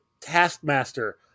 Taskmaster